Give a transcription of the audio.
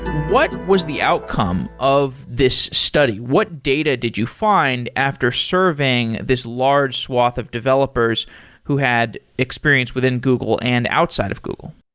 what was the outcome of this study? what data did you find after surveying this large swath of developers who had experience within google and outside of google?